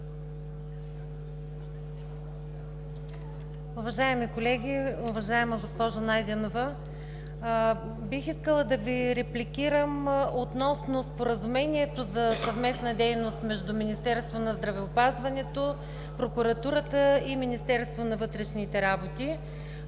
Уважаеми колеги! Уважаема госпожо Найденова, бих искала да Ви репликирам относно Споразумението за съвместна дейност между Министерството на здравеопазването, Прокуратурата и Министерството на вътрешните работи.